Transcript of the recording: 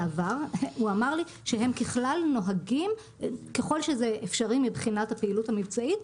הוא אמר לי שהם ככלל נוהגים ככל שזה אפשרי מבחינת הפעילות המבצעית,